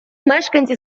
мешканці